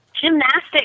Gymnastics